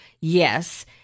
Yes